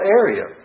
area